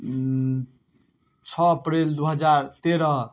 छओ अप्रैल दुइ हजार तेरह